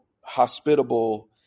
hospitable